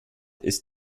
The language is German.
ist